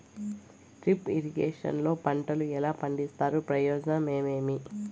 Drip irrigation లో పంటలు ఎలా పండిస్తారు ప్రయోజనం ఏమేమి?